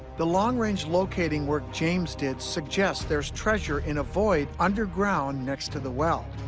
the long range locating work james did suggests there's treasure in a void underground next to the well.